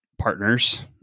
partners